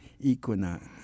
Equinox